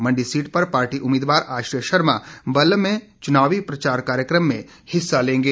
मंडी seat पर party उम्मीदवार आश्रय शर्मा बल्ह में चुनावी प्रचार कार्यक्रम में हिस्सा लेंगे